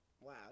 Wow